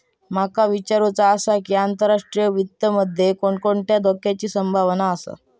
माका विचारुचा आसा की, आंतरराष्ट्रीय वित्त मध्ये कोणकोणत्या धोक्याची संभावना आसा?